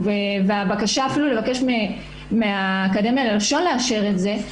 והבקשה אפילו לבקש מהאקדמיה ללשון לאשר את זה,